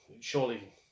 surely